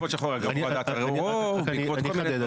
אני אחדד.